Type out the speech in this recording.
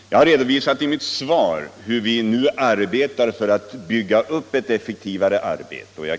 Jag har i mitt svar redovisat hur vi nu arbetar för att bygga upp en effektivare verksamhet.